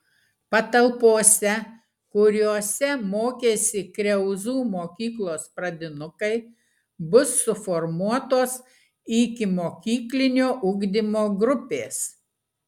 patalpose kuriose mokėsi kriauzų mokyklos pradinukai bus suformuotos ikimokyklinio ugdymo grupės